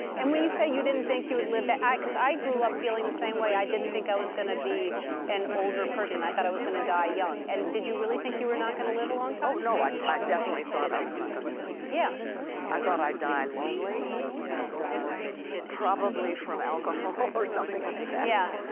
and when you say you didn't think you would live that because i grew up feeling the same way. i didn't think i was going to be an older person. i thought i was going to die young, and did you really think you were not going to live a long time no, i definitely thought i was not going to live. yeah i thought i'd die lonely and probably from alcohol or something like that. yeah